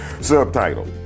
Subtitle